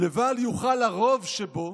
לבל יוכל הרוב שבו,